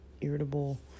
irritable